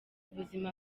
ubuzima